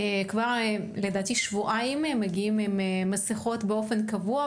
כבר לדעתי שבועיים, מגיעים עם מסיכות באופן קבוע.